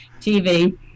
TV